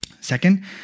Second